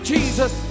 Jesus